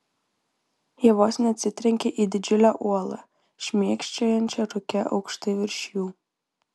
jie vos neatsitrenkė į didžiulę uolą šmėkščiojančią rūke aukštai virš jų